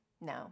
No